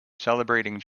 celebrating